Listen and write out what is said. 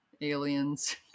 aliens